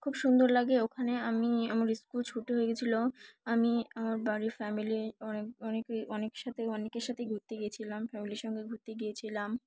খুব সুন্দর লাগে ওখানে আমি আমার স্কুল ছুটি হয়ে গেছিলো আমি আমার বাড়ির ফ্যামিলি অনেক অনেকে অনেক সাথে অনেকের সাথে ঘুরতে গিয়েছিলাম ফ্যামিলির সঙ্গে ঘুরতে গিয়েছিলাম